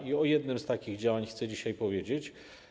I o jednym z takich działań chcę dzisiaj powiedzieć.